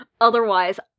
Otherwise